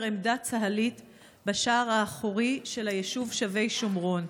עמדה צה"לית בשער האחורי של היישוב שבי שומרון.